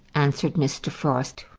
answered mr. frost.